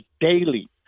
daily